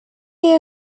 year